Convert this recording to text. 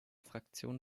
fraktion